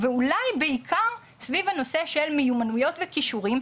ואולי בעיקר סביב הנושא של מיומנויות וכישורים,